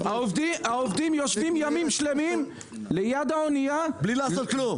העובדים יושבים ימים שלמים ליד האנייה בלי לעבוד ובלי פרמיה.